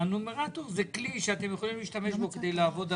הנומרטור זה כלי שאתם יכולים להשתמש בו כדי לעבוד עליי.